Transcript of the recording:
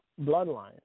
bloodline